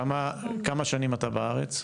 כמה שנים אתה בארץ?